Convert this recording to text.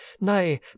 nay